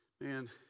Man